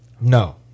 No